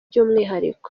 by’umwihariko